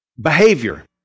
Behavior